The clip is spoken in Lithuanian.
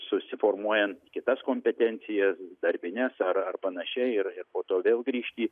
susiformuojant kitas kompetencijas darbines ar ar panašiai ir ir po to vėl grįžti